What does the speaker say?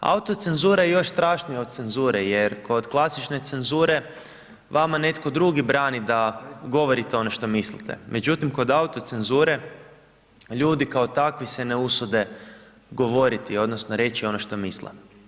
Autocenzura je još strašnija od cenzure jer kod klasične cenzure vama netko drugi brani da govorite ono što mislite, međutim kod autocenzure ljudi kao takvi se ne usude govoriti odnosno reći ono što misle.